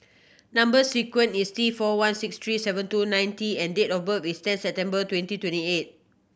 number sequence is T four one six three seven two nine T and date of birth is ten September twenty twenty eight